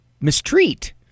mistreat